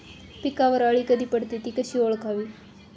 पिकावर अळी कधी पडते, ति कशी ओळखावी?